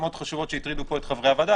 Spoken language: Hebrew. מאוד חשובות שהטרידו פה את חברי הוועדה,